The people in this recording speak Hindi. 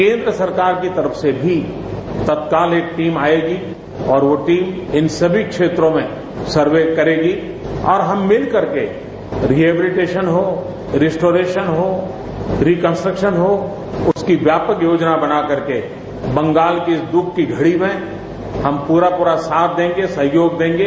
केन्द्र सरकार की तरफ से भी तत्काल एक टीम आएगी और वो टीम इन सभी क्षेत्रों में सर्वे करेगी और हम मिल करके रिहैबिलिटेशन हो रेस्ट्रोरेशन हो रिकस्ट्रक्शन हो उसकी व्यापक योजना बना करके बंगाल की इस दुख की घड़ी में हम पूरा पूरा साथ देंगे सहयोग देंगे